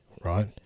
right